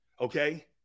Okay